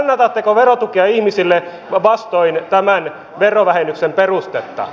kannatatteko verotukea ihmisille vastoin tämän verovähennyksen perustetta